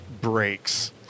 Breaks